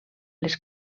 les